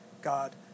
God